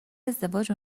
ازدواج